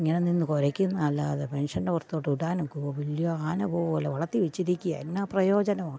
ഇങ്ങനെ നിന്ന് കുരയ്ക്കുന്നതല്ലാതെ മനുഷ്യൻ്റെ പുറത്തോട്ട് വിടാൻ ഒക്കുവോ വലിയ ആന പോലെ വളർത്തി വച്ചിരിക്കുകയാ എന്നാ പ്രയോജനമാ